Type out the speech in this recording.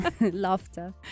laughter